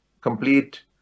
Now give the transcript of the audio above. complete